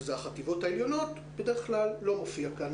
שזה החטיבות העליונות, בדרך כלל לא מופיע כאן.